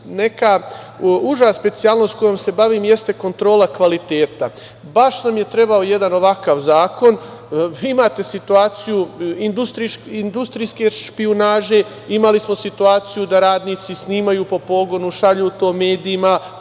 neka uža specijalnost kojom se bavim jeste kontrola kvaliteta. Baš nam je trebao jedan ovakav zakon. Vi imate situaciju industrijske špijunaže, imali smo situaciju da radnici snimaju po pogonu, šalju to medijima,